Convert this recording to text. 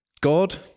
God